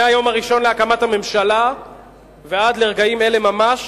מהיום הראשון להקמת הממשלה ועד לרגעים אלה ממש,